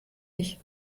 ich